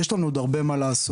יש לנו עוד הרבה מאוד מה לעשות.